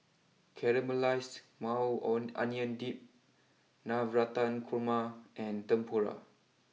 Caramelized Maui Onion Dip Navratan Korma and Tempura